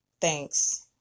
thanks